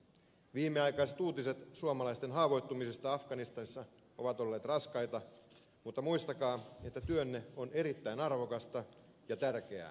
viimeaikaiset uutiset suomalaisten haavoittumisista afganistanissa ovat olleet raskaita mutta muistakaa että työnne on erittäin arvokasta ja tärkeää